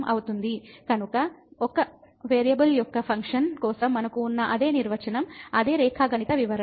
కనుక ఒక వేరియబుల్ యొక్క ఫంక్షన్ కోసం మనకు ఉన్న అదే నిర్వచనం అదే రేఖాగణిత వివరణ